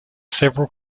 several